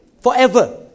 forever